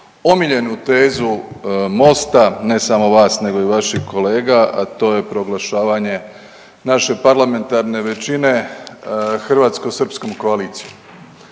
omiljenu tezu MOST-a, ne samo vas nego i vaših kolega, a to je proglašavanje naše parlamentarne većine hrvatsko-srpskom koalicijom.